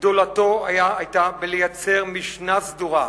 גדולתו היתה היכולת לייצר משנה סדורה,